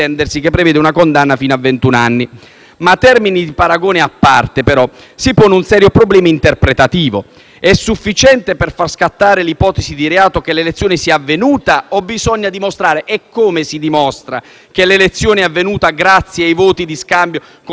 Termini di paragone a parte, però, si pone un serio problema interpretativo: è sufficiente, per far scattare l'ipotesi di reato, che l'elezione sia avvenuta o bisogna dimostrare - e come si dimostra? - che l'elezione è avvenuta grazie ai voti di scambio con il referente dell'associazione mafiosa?